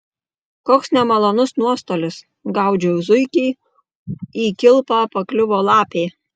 koks nemalonus nuostolis gaudžiau zuikį į kilpą pakliuvo lapė